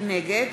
נגד